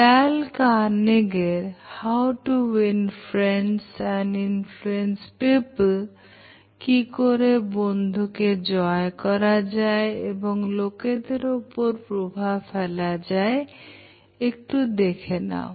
Dale Carnegie এর কি করে বন্ধু কে জয় করা যায় এবং লোকেদের উপর প্রভাব ফেলা যায় দেখা যাক